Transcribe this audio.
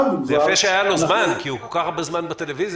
יפה שיה לו זמן כי הוא כל כך הרבה זמן בטלוויזיה.